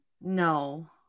No